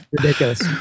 Ridiculous